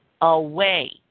away